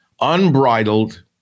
unbridled